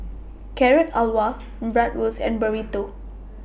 Carrot Halwa Bratwurst and Burrito